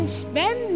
spend